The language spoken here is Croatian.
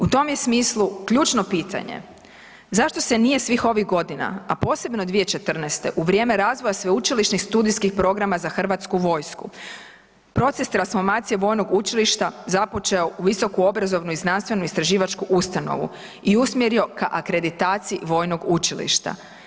U tom je smislu ključno pitanje, zašto se nije svih ovih godina, a posebno 2014. u vrijeme razvoja sveučilišnih studijskih programa za Hrvatsku vojsku, proces transformacije vojnog učilišta započeo u visokoobrazovnu i znanstveno-istraživačku ustanovu i usmjerio ka akreditaciji vojnog učilišta.